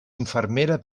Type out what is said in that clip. infermera